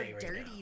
dirty